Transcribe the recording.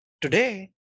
Today